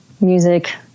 music